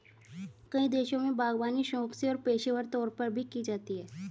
कई देशों में बागवानी शौक से और पेशेवर तौर पर भी की जाती है